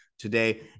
Today